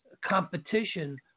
competition